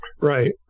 Right